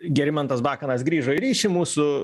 gerimantas bakanas grįžo į ryšį mūsų